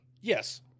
Yes